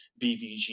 BVG